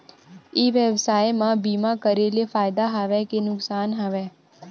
ई व्यवसाय म बीमा करे ले फ़ायदा हवय के नुकसान हवय?